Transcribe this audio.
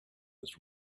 was